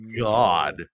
God